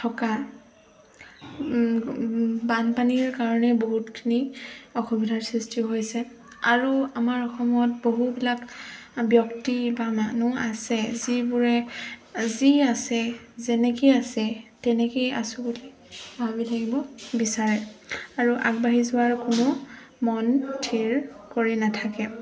থকা বানপানীৰ কাৰণে বহুতখিনি অসুবিধাৰ সৃষ্টি হৈছে আৰু আমাৰ অসমত বহুবিলাক ব্যক্তি বা মানুহ আছে যিবোৰে যি আছে যেনেকৈ আছে তেনেকেই আছোঁ বুলি ভাবি থাকিব বিচাৰে আৰু আগবাঢ়ি যোৱাৰ কোনো মন থিৰ কৰি নাথাকে